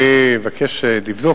אני אבקש לבדוק,